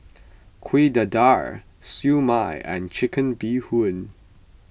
Kuih Dadar Siew Mai and Chicken Bee Hoon